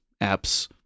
apps